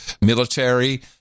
military